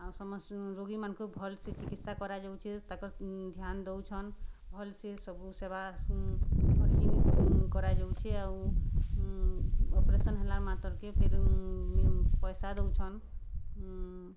ଆଉ ସମସ୍ତ ରୋଗୀମାନ୍ଙ୍କୁ ଭଲ୍ସେ ଚିକିତ୍ସା କରାଯାଉଛେ ତାଙ୍କର୍ ଧ୍ୟାନ ଦଉଛନ୍ ଭଲ୍ସେ ସବୁ ସେବା ହର୍ ଜିନିଷ୍ କରାଯାଉଛେ ଆଉ ଅପରେସନ୍ ହେଲାର୍ ମାତ୍ରକେ ଫେର ପଇସା ଦଉଛନ୍